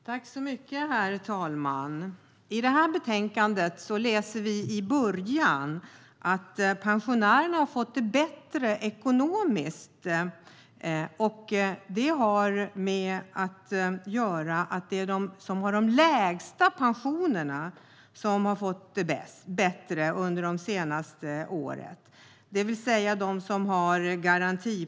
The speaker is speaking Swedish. Herr talman! I början av det här betänkandet kan vi läsa att pensionärerna fått det bättre ekonomiskt och att det har att göra med att de med de lägsta pensionerna, det vill säga de som har garantipension, fått det bättre under de senaste åren.